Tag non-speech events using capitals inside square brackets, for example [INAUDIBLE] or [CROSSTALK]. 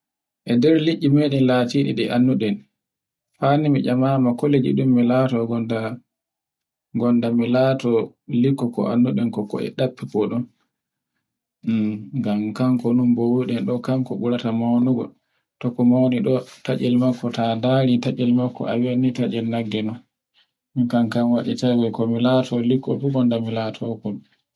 e nder licci meɗen latiɗi mi annduɗen. Fani min chamama kuleji ɗin mi laato gonda, gonda mi laato likko ko annduɗen koe ɗaffi foen. [NOISE] [HESITATION] ngam kanko non bowuɗen ɗo kanko burata maunugo. To ko mauni ɗo taccel makko [NOISE] ta ndari taccel makko a wannitai nagge non. min kam kama waɗi to mi laato likkol fu gonda mi laato kol